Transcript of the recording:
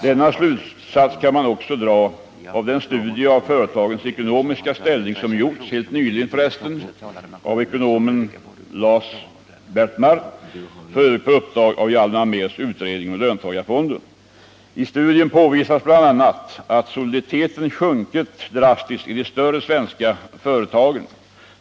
Denna slutsats kan man också dra av den studie av företagens ekonomiska ställning som gjorts helt nyligen av ekonomen Lars B. Ekman på uppdrag av Hjalmar Mehrs utredning om löntagarfonder. I studien påvisas bl.a. att soliditeten sjunkit drastiskt i de större svenska företagen.